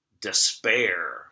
despair